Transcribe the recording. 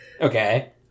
Okay